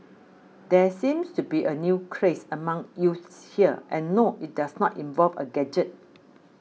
there seems to be a new craze among youths here and no it does not involve a gadget